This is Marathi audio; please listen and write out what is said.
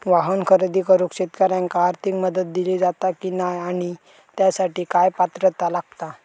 वाहन खरेदी करूक शेतकऱ्यांका आर्थिक मदत दिली जाता की नाय आणि त्यासाठी काय पात्रता लागता?